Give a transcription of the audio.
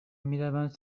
میروند